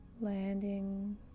landing